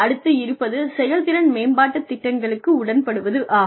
அடுத்து இருப்பது செயல்திறன் மேம்பாட்டுத் திட்டங்களுக்கு உடன்படுவது ஆகும்